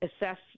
assess